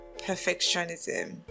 perfectionism